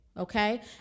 Okay